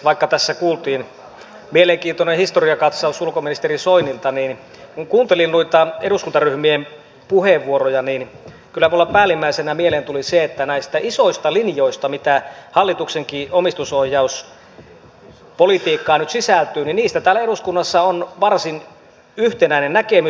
vaikka tässä kuultiin mielenkiintoinen historiakatsaus ulkoministeri soinilta niin kun kuuntelin noita eduskuntaryhmien puheenvuoroja kyllä minulla päällimmäisenä mieleen tuli se että näistä isoista linjoista mitä hallituksenkin omistusohjauspolitiikkaan nyt sisältyy on täällä eduskunnassa varsin yhtenäinen näkemys